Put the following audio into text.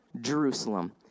Jerusalem